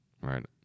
right